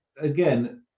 again